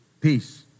Peace